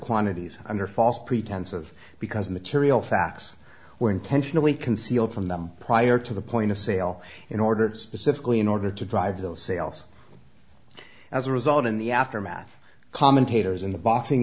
quantities under false pretense of because material facts were intentionally concealed from them prior to the point of sale in order to specifically in order to drive those sales as a result in the aftermath commentators in the boxing